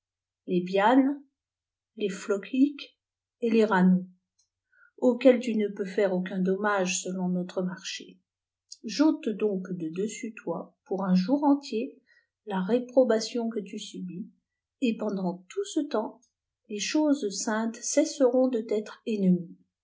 familles d'élus les biann les floc'hik étales rannou auxquelles tu ne peux faire aucun dommage selon notre marché j'ôtedonc de dessus toi pour un jour entier la réprobation que tu subis et pendant ton tce temps les choses saintes cesseront de t'étre ennemies